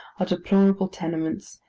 are deplorable tenements,